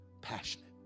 passionate